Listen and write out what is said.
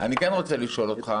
אני כן רוצה לשאול אותך